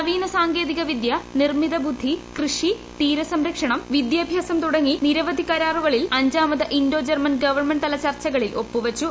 നവീന സാങ്കേതിക വിദ്യ നിർമ്മിത ബുദ്ധി കൃഷി തീരസംരക്ഷണം വിദ്യാഭ്യാസം തുടങ്ങി നിരവധി കരാറുകളിൽ അഞ്ചാമത് ഇന്തോ ജർമ്മൻ ഗവൺമെന്റ്തല ചർച്ചകളിൽ ഒപ്പുവച്ചു